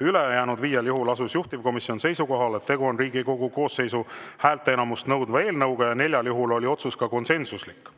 Ülejäänud viiel juhul asus juhtivkomisjon seisukohale, et tegu on Riigikogu koosseisu häälteenamust nõudva eelnõuga, ja neljal juhul oli otsus konsensuslik,